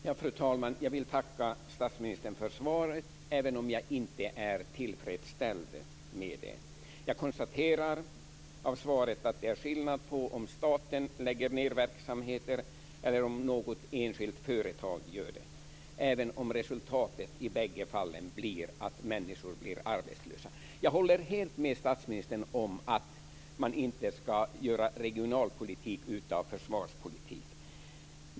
Fru talman! Jag vill tacka statsministern för svaret, även om jag inte är tillfredsställd av det. Jag konstaterar att det är skillnad på om staten lägger ned verksamheter eller om något enskilt företag gör det - även om resultatet i bägge fallen är att människor blir arbetslösa. Jag håller helt med statsministern om att man inte skall göra regionalpolitik av försvarspolitik.